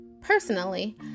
Personally